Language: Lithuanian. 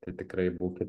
tai tikrai būkit